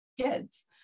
kids